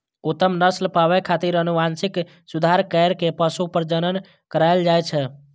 उत्तम नस्ल पाबै खातिर आनुवंशिक सुधार कैर के पशु प्रजनन करायल जाए छै